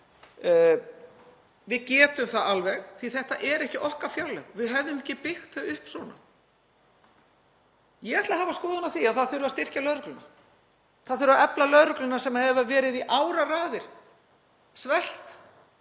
við getum það alveg því að þetta eru ekki okkar fjárlög. Við hefðum ekki byggt þau upp svona. Ég ætla að hafa skoðun á því að það þurfi að styrkja lögregluna, það þurfi að efla lögregluna sem hefur verið svelt í áraraðir, ekki